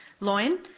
loin